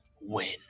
win